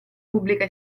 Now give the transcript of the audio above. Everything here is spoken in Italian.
pubblica